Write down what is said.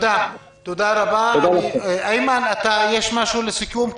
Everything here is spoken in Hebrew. יש משהו לסיכום?